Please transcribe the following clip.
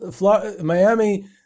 Miami